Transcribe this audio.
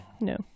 No